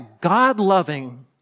God-loving